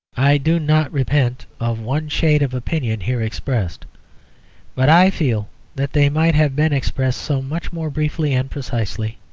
i do not repent of one shade of opinion here expressed but i feel that they might have been expressed so much more briefly and precisely.